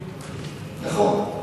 נכון,